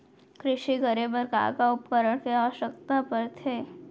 कृषि करे बर का का उपकरण के आवश्यकता परथे?